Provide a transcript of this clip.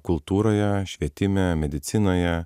kultūroje švietime medicinoje